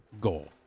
goal